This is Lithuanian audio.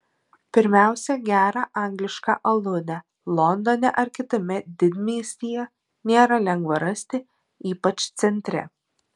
pirmiausia gerą anglišką aludę londone ar kitame didmiestyje nėra lengva rasti ypač centre